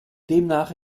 demnach